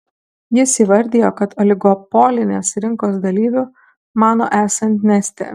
jis įvardijo kad oligopolinės rinkos dalyviu mano esant neste